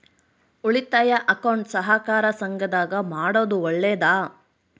ಉಳಿತಾಯ ಅಕೌಂಟ್ ಸಹಕಾರ ಸಂಘದಾಗ ಮಾಡೋದು ಒಳ್ಳೇದಾ?